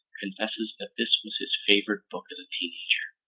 confesses that this was his favorite book as a teenager,